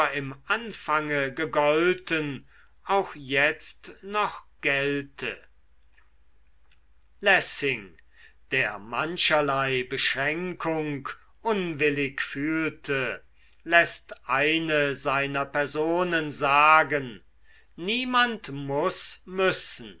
im anfange gegolten auch jetzt noch gelte lessing der mancherlei beschränkung unwillig fühlte läßt eine seiner personen sagen niemand muß müssen